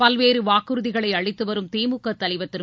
பல்வேறு வாக்குறுதிகளை அளித்துவரும் திமுக தலைவர் திரு